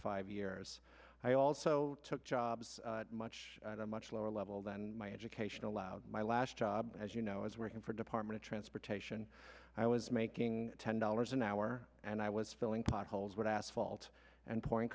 five years i also took jobs much much lower level than my education allowed my last job as you know as working for department of transportation i was making ten dollars an hour and i was fill potholes were asphalt and pouring